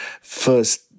first